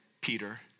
Peter